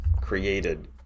created